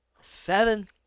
seven